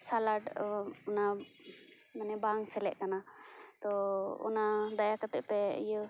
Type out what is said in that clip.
ᱥᱮᱹᱞᱟᱴ ᱚᱱᱟ ᱢᱟᱱᱮ ᱵᱟᱝ ᱥᱮᱞᱮᱫ ᱟᱠᱟᱱᱟ ᱛᱳ ᱚᱱᱟ ᱫᱟᱭᱟ ᱠᱟᱛᱮ ᱯᱮ ᱤᱭᱟᱹ